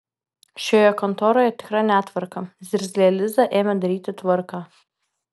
šioje kontoroje tikra netvarka zirzlė liza ėmė daryti tvarką